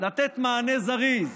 לתת מענה זריז,